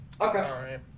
Okay